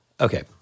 Okay